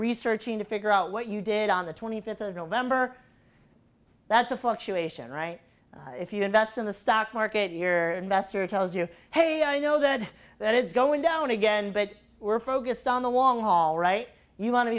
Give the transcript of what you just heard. researching to figure out what you did on the twenty fifth of november that's a fluctuation right if you invest in the stock market year mester tells you hey i know that that is going down again but we're focused on the long haul right you want to